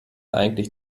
eigentlich